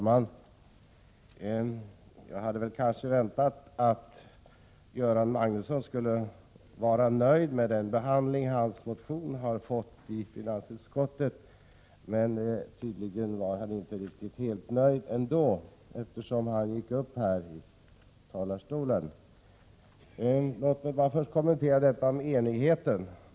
Fru talman! Jag hade väntat att Göran Magnusson skulle vara nöjd med den behandling hans motion har fått i finansutskottet. Tydligen är han inte riktigt nöjd ändå, eftersom han gick upp här i talarstolen. Låt mig först kommentera detta med enigheten.